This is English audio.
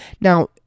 Now